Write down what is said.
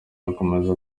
arakomeza